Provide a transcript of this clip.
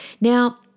Now